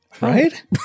Right